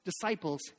disciples